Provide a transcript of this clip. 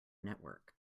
network